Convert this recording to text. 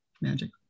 magic